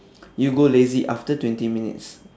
you'll go lazy after twenty minutes